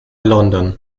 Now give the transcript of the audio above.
london